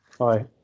Hi